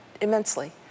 immensely